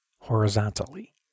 horizontally